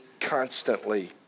constantly